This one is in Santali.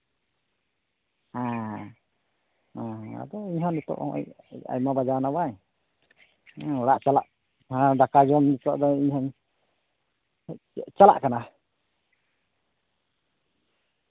ᱦᱮᱸ ᱦᱮᱸ ᱟᱫᱚ ᱤᱧᱦᱚᱸ ᱱᱤᱛᱚᱜ ᱟᱭᱢᱟ ᱵᱟᱡᱟᱣ ᱮᱱᱟ ᱵᱟᱝ ᱦᱩᱸ ᱚᱲᱟᱜ ᱪᱟᱞᱟᱜ ᱫᱟᱠᱟ ᱡᱚᱢ ᱤᱧ ᱦᱚᱸ ᱟᱫᱚᱧ ᱪᱟᱞᱟᱜ ᱠᱟᱱᱟ